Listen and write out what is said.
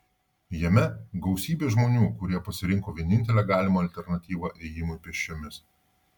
jame gausybė žmonių kurie pasirinko vienintelę galimą alternatyvą ėjimui pėsčiomis